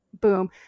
boom